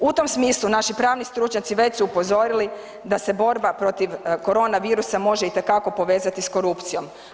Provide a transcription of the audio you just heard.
U tom smislu naši pravni stručnjaci već su upozorili da se borba protiv korona virusa može itekako povezati sa korupcijom.